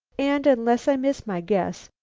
and, unless i miss my guess,